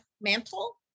Mantle